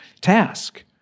task